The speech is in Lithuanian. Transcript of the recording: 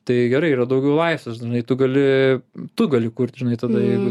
tai gerai yra daugiau laisvės tu gali tu gali kurti žinaitada jeigu